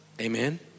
Amen